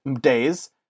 days